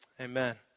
amen